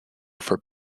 for